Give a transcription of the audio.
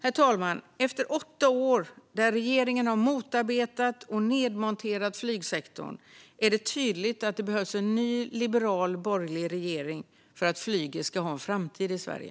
Herr talman! Efter åtta år då regeringen har motarbetat och nedmonterat flygsektorn är det tydligt att det behövs en ny liberal borgerlig regering för att flyget ska ha en framtid i Sverige.